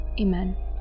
Amen